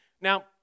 Now